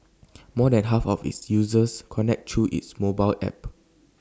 more than half of its users connect through its mobile app